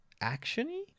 action-y